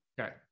okay